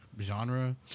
genre